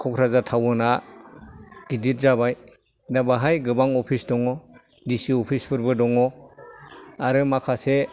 क'क्राझार थाउनआ गिदिर जाबाय दा बाहाय गोबां अफिस दङ डिसि अफिसफोरबो दङ आरो माखासे